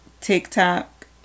TikTok